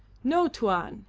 no, tuan,